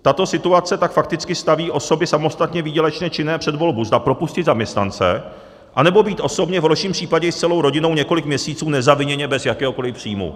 Tato situace tak fakticky staví osoby samostatně výdělečně činné před volbu, zda propustit zaměstnance, anebo být osobně, v horším případě i s celou rodinou, několik měsíců nezaviněně bez jakéhokoli příjmu.